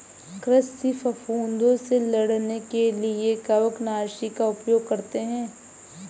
कृषि फफूदों से लड़ने के लिए कवकनाशी का उपयोग करते हैं